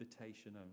invitation